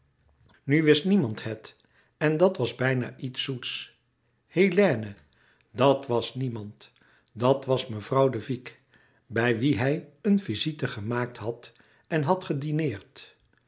nu wist niemand het en dat was bijna iets zoets hélène dat was niemand dat was mevrouw de vicq bij wie hij een visite gemaakt had en had gedineerd